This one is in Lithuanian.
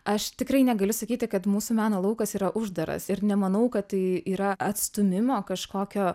aš tikrai negaliu sakyti kad mūsų meno laukas yra uždaras ir nemanau kad tai yra atstūmimo kažkokio